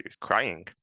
crying